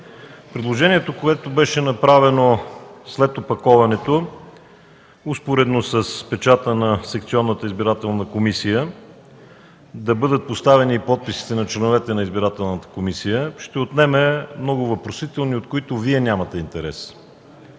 Предложението, което беше направено след опаковането, успоредно с печата на секционната избирателна комисия – да бъдат поставени подписите на членовете на избирателната комисия, ще отнеме много въпросителни, от които Вие нямате интерес.